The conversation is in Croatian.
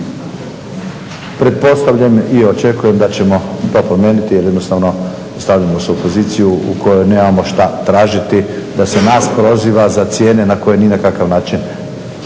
Pretpostavljam i očekujem da ćemo to promijeniti jer jednostavno stavljamo se u poziciju u kojoj nemamo šta tražiti da se nas proziva za cijene na koje ni na kakav način